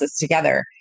together